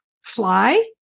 fly